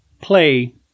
play